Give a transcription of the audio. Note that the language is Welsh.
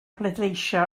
pleidleisio